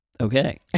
Okay